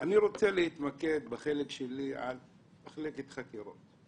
רוצה להתמקד בחלק שלי במחלקת החקירות.